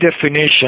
definition